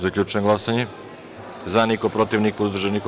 Zaključujem glasanje: za – niko, protiv – niko, uzdržan – niko.